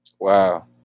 Wow